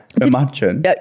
Imagine